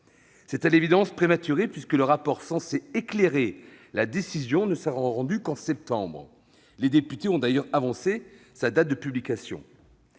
C'est à l'évidence prématuré, puisque le rapport censé éclairer la décision ne sera rendu qu'en septembre. Les députés ont d'ailleurs avancé sa date de publication.